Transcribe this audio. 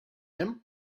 him